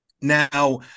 Now